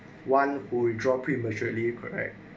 one who withdraw prematurely correct